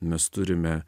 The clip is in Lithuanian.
mes turime